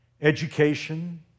education